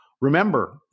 Remember